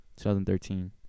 2013